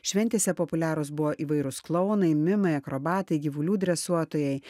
šventėse populiarūs buvo įvairūs klounai mimai akrobatai gyvulių dresuotojai